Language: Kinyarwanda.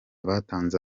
abatanze